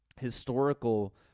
historical